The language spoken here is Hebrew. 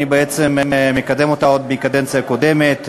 אני בעצם מקדם אותה עוד מהקדנציה הקודמת.